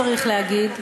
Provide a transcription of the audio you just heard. צריך להגיד,